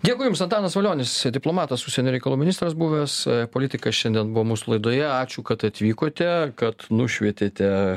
dėkui jums antanas valionis diplomatas užsienio reikalų ministras buvęs politikas šiandien buvo mūsų laidoje ačiū kad atvykote kad nušvietėte